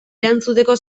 erantzuteko